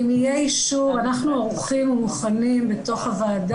אם יהיה אישור אנחנו ערוכים ומוכנים בתוך הוועדה